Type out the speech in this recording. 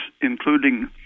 including